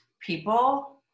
people